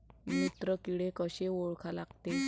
मित्र किडे कशे ओळखा लागते?